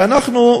ואנחנו,